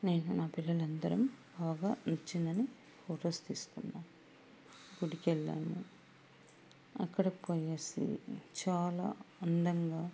నేను నా పిల్లల అందరం బాగా నచ్చిందని ఫొటోస్ తీసుకున్నాం గుడికి వెళ్ళాము అక్కడ పోయేసి చాలా అందంగా